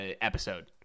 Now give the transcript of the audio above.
episode